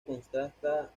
contrasta